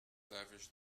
lavish